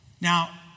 Now